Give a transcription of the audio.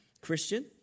Christian